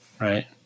Right